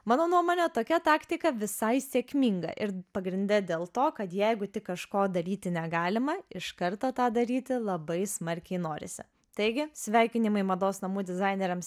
mano nuomone tokia taktika visai sėkminga ir pagrinde dėl to kad jeigu tik kažko daryti negalima iš karto tą daryti labai smarkiai norisi taigi sveikinimai mados namų dizaineriams